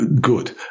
good